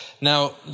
now